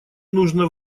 нужно